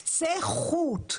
קצה חוט,